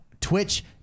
twitch